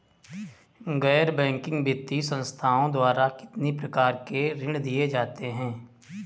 गैर बैंकिंग वित्तीय संस्थाओं द्वारा कितनी प्रकार के ऋण दिए जाते हैं?